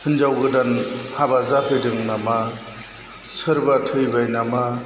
हिन्जाव गोदान हाबा जाफैदों नामा सोरबा थैबाय नामा